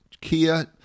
Kia